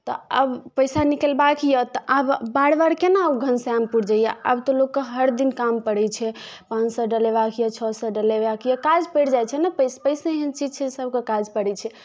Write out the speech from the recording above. तऽ अब पैसा निकलबा के यऽ तऽ आब बार बार केना ओ घनश्यामपुर जाइये आब तऽ लोकके हर दिन काम परै छै पाॅंच सए डलेबाके यऽ छओ सए डलेबाके यऽ काज परि जाइ छै ने पैसा एहन चीज छै सबके काज परै छै